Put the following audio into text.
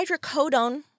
hydrocodone